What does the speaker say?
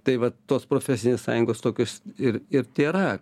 tai va tos profesinės sąjungos tokios ir ir tėra